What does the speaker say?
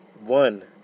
One